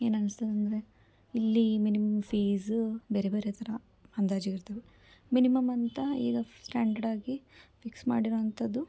ಏನು ಅನ್ನಿಸ್ತದಂದ್ರೆ ಇಲ್ಲಿ ಮಿನಿಮಮ್ ಫೀಸು ಬೇರೆ ಬೇರೆ ಥರ ಅಂದಾಜಿಗೆ ಇರ್ತವೆ ಮಿನಿಮಮ್ ಅಂತ ಈಗ ಫ್ ಸ್ಟ್ಯಾಂಡರ್ಡಾಗಿ ಫಿಕ್ಸ್ ಮಾಡಿರೋಂಥದ್ದು